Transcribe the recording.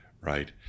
right